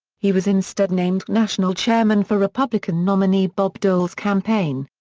he was instead named national chairman for republican nominee bob dole's campaign.